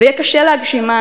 ויהיה קשה להגשימן,